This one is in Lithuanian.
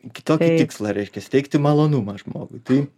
kitokį tikslą reiškias teikti malonumą žmogui tai